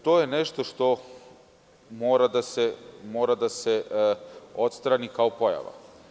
To je nešto što mora da se odstrani kao pojava.